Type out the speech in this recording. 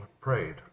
prayed